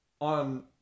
on